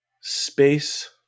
space